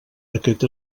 aquest